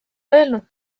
öelnud